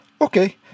Okay